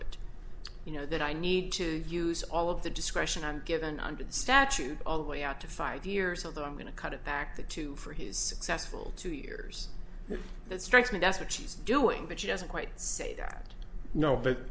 it you know that i need to use all of the discretion i'm given under the statute all the way out to five years although i'm going to cut it back to two for his successful two years it strikes me that's what she's doing but she doesn't quite say that no but